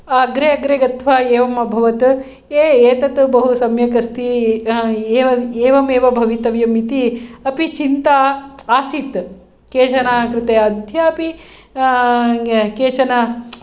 अग्रे अग्रे गत्वा एवम् अभवत् हे एतत् बहुसम्यक् अस्ति एवमेव भवितव्यम् इति अपि चिन्ता आसीत् केचनाङ्कृते अध्यपि केचन